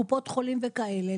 קופות חולים וכאלה,